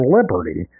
Liberty